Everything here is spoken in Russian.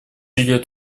идет